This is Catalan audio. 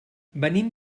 venim